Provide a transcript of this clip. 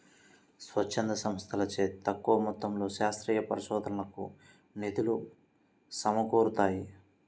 స్వచ్ఛంద సంస్థలచే తక్కువ మొత్తంలో శాస్త్రీయ పరిశోధనకు నిధులు సమకూరుతాయి